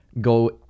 go